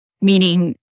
meaning